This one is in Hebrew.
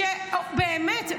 באמת.